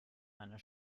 einer